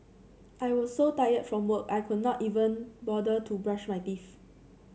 I was so tired from work I could not even bother to brush my teeth